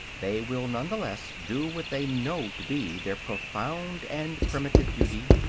they will none the less do what they know to be their profound and primitive duty.